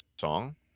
song